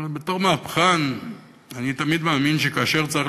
אבל בתור מהפכן אני תמיד מאמין שכאשר צריך